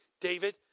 David